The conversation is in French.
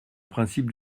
principe